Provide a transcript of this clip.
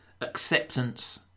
Acceptance